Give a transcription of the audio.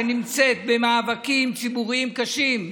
שנמצאת במאבקים ציבוריים קשים.